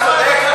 אתה צודק,